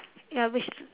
ya waste